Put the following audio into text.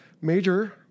Major